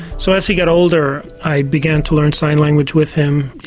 so as he got older i began to learn sign language with him.